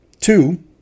two